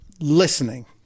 listening